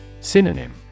Synonym